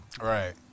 Right